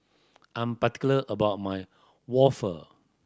I'm particular about my waffle